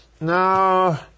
no